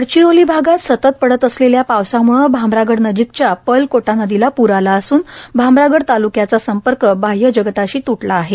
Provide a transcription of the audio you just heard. गडचिरोली जिल्ह्यात सतत पडत असलेल्या पावसामुळं भामरागडनजीकच्या पर्लकोटा नदीला पूर आला असून भामरागड ताल्क्याचा संपर्क बाह्य जगताशी त्टला आहे